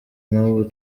n’ubu